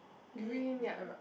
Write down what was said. green yep